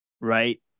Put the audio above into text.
right